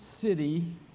city